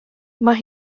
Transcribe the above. mae